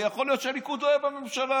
ויכול להיות שהליכוד לא יהיה בממשלה.